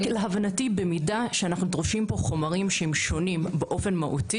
להבנתי במידה שאנו דורשים פה חומרים שהם שונים מהותית,